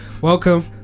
welcome